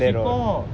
she pour